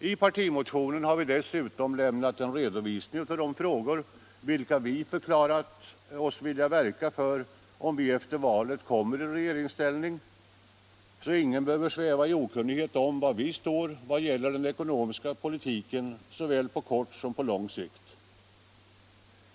I partimotionen har vi dessutom lämna en redovisning av de frågor vi förklarat oss villiga att verka för, om vi efter valet kommer i regeringsställning, så ingen behöver sväva i okunnighet om var vi står vad gäller den ekonomiska politiken såväl på kort som på lång sikt.